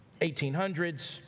1800s